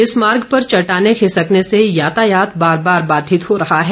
इस मार्ग पर चेट्टाने खिसकने से यातायात बार बार बाधित हो रहा है